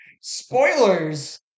Spoilers